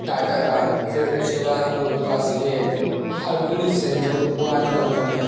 टाटा का फिर उसके बाद हम लोग के पास यह हरकुलिस है जो पुरानी कम्पनी है